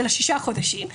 של ששת החודשים,